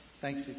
Thanks